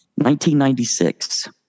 1996